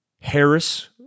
Harris